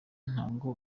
ntago